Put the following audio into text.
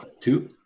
Two